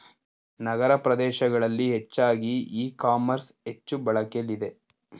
ನಗರ ಪ್ರದೇಶಗಳಲ್ಲಿ ಹೆಚ್ಚಾಗಿ e commerce ಹೆಚ್ಚು ಬಳಕೆಲಿದೆ